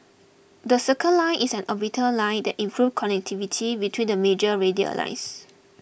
the Circle Line is an orbital line that improves connectivity between the major radial lines